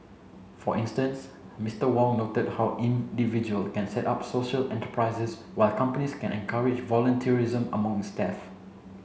for instance Mister Wong noted how individual can set up social enterprises while companies can encourage voluntarism among its staff